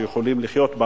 שיוכלו לבחור,